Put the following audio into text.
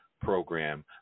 program